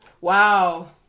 Wow